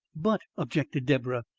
but, objected deborah,